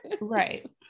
right